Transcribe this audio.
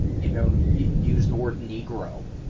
you know use the word negro.